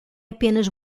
apenas